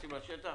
כשנכנסים לשטח